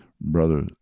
brother